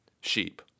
sheep